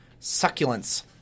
Succulents